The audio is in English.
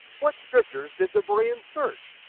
what scriptures did the bereans search,